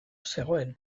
zegoen